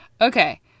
Okay